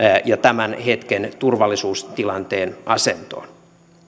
ja tämän hetken turvallisuustilanteen asentoon